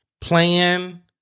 Plan